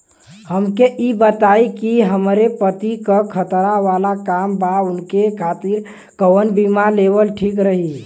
हमके ई बताईं कि हमरे पति क खतरा वाला काम बा ऊनके खातिर कवन बीमा लेवल ठीक रही?